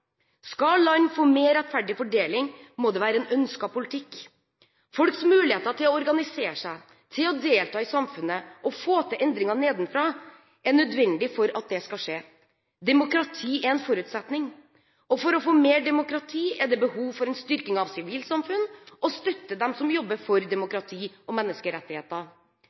Skal land få mer rettferdig fordeling, må det være en ønsket politikk. Folks muligheter til å organisere seg, til å delta i samfunnet og til å få til endringer nedenfra, er nødvendig for at det skal skje. Demokrati er en forutsetning, og for å få mer demokrati er det behov for en styrking av sivilsamfunn og støtte til dem som jobber for demokrati og menneskerettigheter.